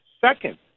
second